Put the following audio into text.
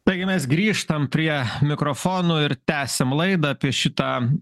taigi mes grįžtam prie mikrofono ir tęsiam laidą apie šitą